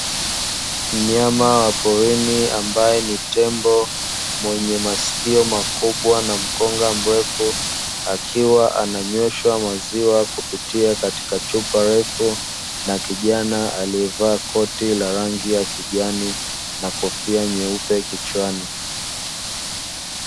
Mnyama wa porini ambaye ni tembo mwenye masikio makubwa na mkonga mrefu, akiwa ananyeshwa maziwa kupitia katika chupa refu na kijana aliyevaa koti la rangi ya kijani na kofia nyeupe kichwani.